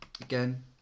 Again